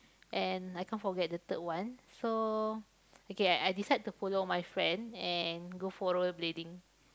and I can't forget the third one so okay I I decide to follow my friend and go for rollerblading